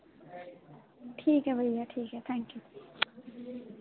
ठीक ऐ भैया ठीक ऐ थैंक यू